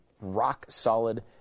rock-solid